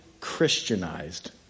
Christianized